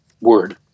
word